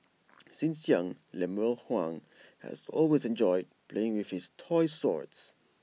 since young Lemuel Huang has always enjoyed playing with toy swords